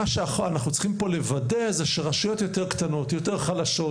מה שאנחנו צריכים לוודא זה שההתנהלות ברשויות יותר קטנות וחלשות,